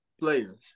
players